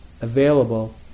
available